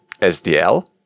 SDL